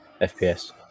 fps